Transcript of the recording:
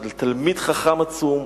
של תלמיד חכם עצום,